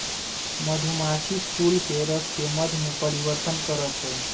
मधुमाछी फूलके रसके मध में परिवर्तन करछइ